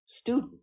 student